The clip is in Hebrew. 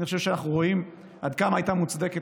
אני חושב שאנחנו רואים עד כמה הייתה מוצדקת